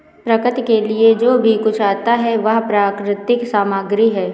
प्रकृति के लिए जो कुछ भी आता है वह प्राकृतिक सामग्री है